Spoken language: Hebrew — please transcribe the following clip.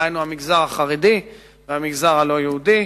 דהיינו המגזר החרדי והמגזר הלא-יהודי.